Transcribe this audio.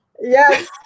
Yes